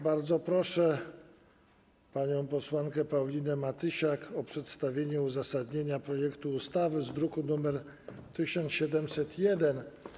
Bardzo proszę panią posłankę Paulinę Matysiak o przedstawienie uzasadnienia projektu ustawy z druku nr 1701.